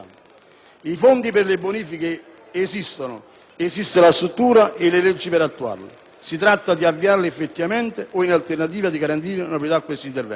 I fondi per le bonifiche esistono, esiste la struttura e le leggi per attuarle. Si tratta di avviarle effettivamente o, in alternativa, di garantire una priorità a questi interventi.